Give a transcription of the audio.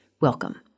Welcome